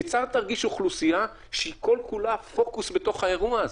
כיצד תרגיש אוכלוסייה שהיא כל כולה פוקוס בתוך האירוע הזה,